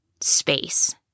space